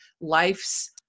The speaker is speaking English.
life's